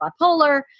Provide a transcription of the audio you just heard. bipolar